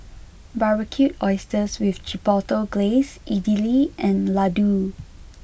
Barbecued Oysters with Chipotle Glaze Idili and Ladoo